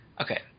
Okay